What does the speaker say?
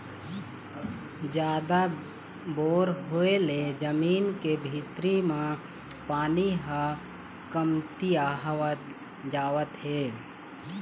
जादा बोर होय ले जमीन के भीतरी म पानी ह कमतियावत जावत हे